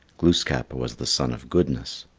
glooskap was the son of goodness.